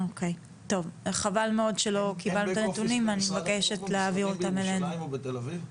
אין בק-אופיס במשרדים בירושלים או בתל אביב?